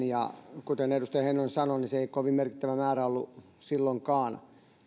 ja kuten edustaja heinonen sanoi niin se määrä mikä niitä käännytettiin takaisin ei kovin merkittävä määrä ollut silloinkaan